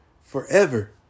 forever